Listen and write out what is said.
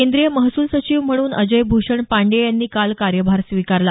केंद्रीय महसूल सचिव म्हणून अजय भ्षण पांडेय यांनी काल कार्यभार स्वीकारला